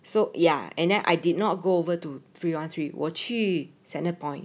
so ya and then I did not go over to three one three 我去 centrepoint